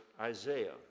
Isaiah